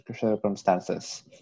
circumstances